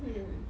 hmm